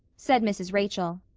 said mrs. rachel.